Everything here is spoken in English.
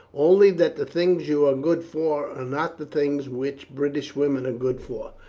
only that the things you are good for are not the things which british women are good for.